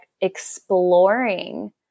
exploring